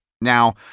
Now